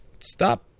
stop